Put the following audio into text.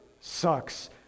sucks